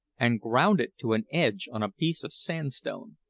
and ground it to an edge on a piece of sandstone.